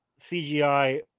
CGI